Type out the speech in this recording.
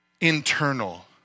internal